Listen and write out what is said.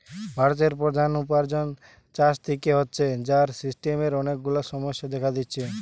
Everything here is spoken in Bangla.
ভারতের প্রধান উপার্জন চাষ থিকে হচ্ছে, যার সিস্টেমের অনেক গুলা সমস্যা দেখা দিচ্ছে